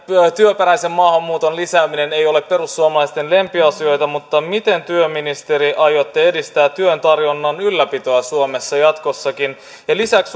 työperäisen maahanmuuton lisääminen ei ole perussuomalaisten lempiasioita mutta miten työministeri aiotte edistää työn tarjonnan ylläpitoa suomessa jatkossakin lisäksi